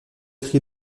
cri